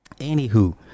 anywho